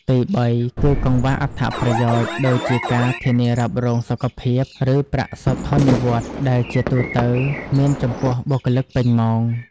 ទីបី គឺ កង្វះអត្ថប្រយោជន៍ ដូចជាការធានារ៉ាប់រងសុខភាព ឬប្រាក់សោធននិវត្តន៍ ដែលជាទូទៅមានចំពោះបុគ្គលិកពេញម៉ោង។